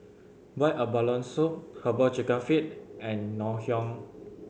boiled abalone soup Herbal Chicken Feet and Ngoh Hiang